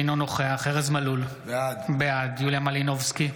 אינו נוכח ארז מלול, בעד יוליה מלינובסקי,